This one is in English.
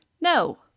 No